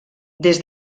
des